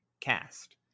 Cast